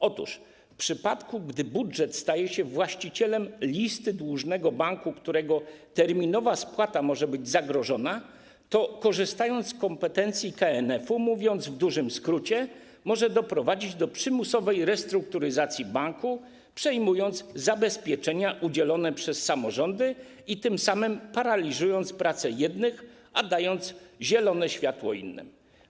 Otóż w przypadku gdy budżet staje się właścicielem listy dłużnego banku, którego terminowa spłata może być zagrożona, to korzystając z kompetencji KNF-u, mówiąc w dużym skrócie, może doprowadzić do przymusowej restrukturyzacji banku, przejmując zabezpieczenia udzielone przez samorządy i tym samym paraliżując pracę jednych, a dając zielone światło innym.